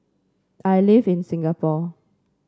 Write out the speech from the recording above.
I live in Singapore